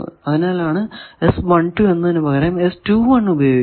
അതിനാലാണ് എന്നതിന് പകരം ഉപയോഗിക്കുന്നത്